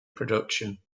production